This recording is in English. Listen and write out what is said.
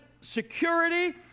security